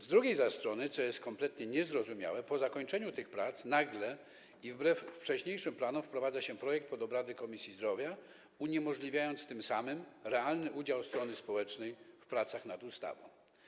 Z drugiej zaś strony, co jest kompletnie niezrozumiałe, po zakończeniu tych prac nagle i wbrew wcześniejszym planom wprowadza się projekt pod obrady Komisji Zdrowia, uniemożliwiając tym samym realny udział strony społecznej w pracach nad ustawą.